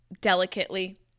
delicately